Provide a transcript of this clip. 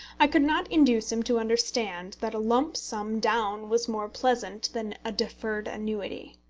i could not induce him to understand that a lump sum down was more pleasant than a deferred annuity.